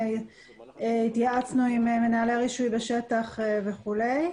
התייעצנו עם מנהלי רישוי בשטח וכולי.